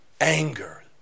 anger